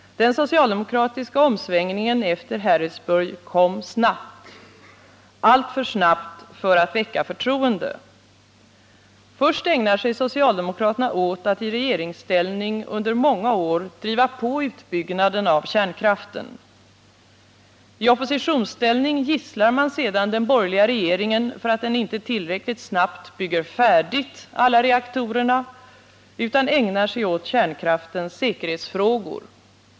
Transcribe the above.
Den socialdemokratiska omsvängningen efter Harrisburg kom snabbt — alltför snabbt för att väcka förtroende. Först ägnar sig socialdemokraterna åt att i regeringsställning under många år driva på utbyggnaden av kärnkraften. I oppositionsställning gisslar man sedan den borgerliga regeringen för att den inte tillräckligt snabbt bygger färdigt alla reaktorerna utan ägnar sig åt kärnkraftens säkerhetsfrågor.